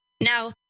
Now